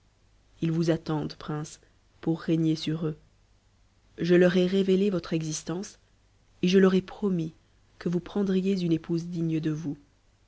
ils vous attendent prince pour régner sur eux je leur ai révélé votre existence et je leur ai promis que vous prendriez une épouse digne de vous